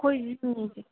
ꯑꯩꯈꯣꯏꯒꯤꯁꯨꯅꯤ ꯆꯨꯔꯤꯁꯦ